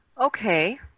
Okay